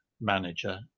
manager